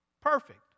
Perfect